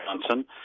Johnson